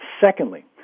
Secondly